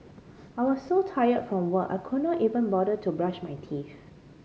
I was so tired from work I could not even bother to brush my teeth